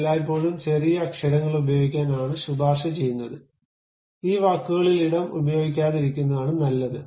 എല്ലായ്പ്പോഴും ചെറിയ അക്ഷരങ്ങൾ ഉപയോഗിക്കാൻ ആണ് ശുപാർശ ചെയ്യുന്നത് ഈ വാക്കുകളിൽ ഇടം ഉപയോഗിക്കാതിരിക്കുന്നതാണ് നല്ലത്